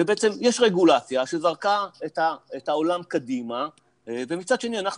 ובעצם יש רגולציה שזרקה את העולם קדימה ומצד שני אנחנו